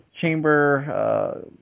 chamber